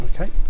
Okay